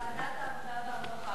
ועדת העבודה והרווחה.